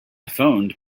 phoned